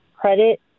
credit